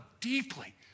deeply